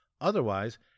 Otherwise